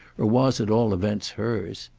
or was at all events hers.